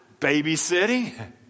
babysitting